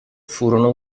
furono